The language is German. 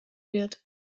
wird